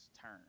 turn